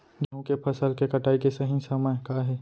गेहूँ के फसल के कटाई के सही समय का हे?